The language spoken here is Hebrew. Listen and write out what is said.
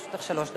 לרשותך שלוש דקות.